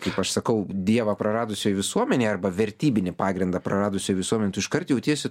kaip aš sakau dievą praradusioj visuomenėj arba vertybinį pagrindą praradusioj visuomenėj iškart jautiesi